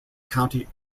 county